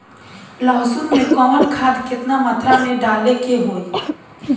लहसुन में कवन खाद केतना मात्रा में डाले के होई?